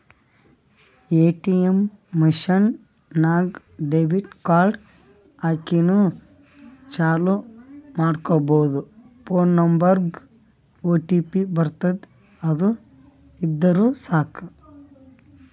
ATM machine ನಾಗ್ debit card ಹಾಕಿನೂ ಚಾಲೂ ಮಾಡ್ಕೊಬೋದು ಫೋನ್ ನಂಬರ್ಗ್ ಒಟಿಪಿ ಬರ್ತುದ್ ಅದು ಇದ್ದುರ್ ಸಾಕು